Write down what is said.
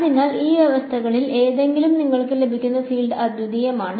അതിനാൽ ഈ വ്യവസ്ഥകളിൽ ഏതെങ്കിലും നിങ്ങൾക്ക് ലഭിക്കുന്ന ഫീൽഡ് അദ്വിതീയമാണ്